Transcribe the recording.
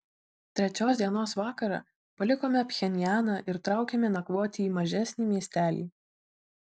trečios dienos vakarą palikome pchenjaną ir traukėme nakvoti į mažesnį miestelį